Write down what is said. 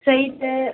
side